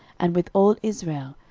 and with all israel,